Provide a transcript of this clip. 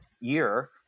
year